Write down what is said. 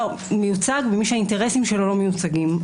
מיוצג ומי שהאינטרסים שלו לא מיוצגים.